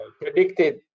predicted